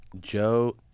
joe